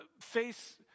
face